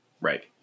Right